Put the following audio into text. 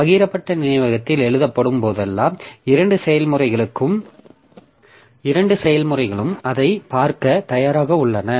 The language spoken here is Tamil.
பகிரப்பட்ட நினைவகத்தில் எழுதப்படும் போதெல்லாம் இரண்டு செயல்முறைகளும் அதைப் பார்க்க தயாராக உள்ளன